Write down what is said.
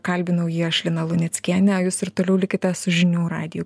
kalbinau jį aš lina luneckienė jūs ir toliau likite su žinių radiju